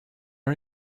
are